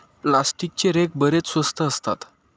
प्लास्टिकचे रेक बरेच स्वस्त असतात